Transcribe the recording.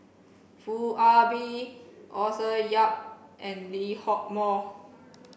Ah Bee Arthur Yap and Lee Hock Moh